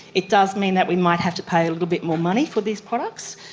it does mean that we might have to pay little bit more money for these products,